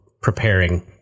preparing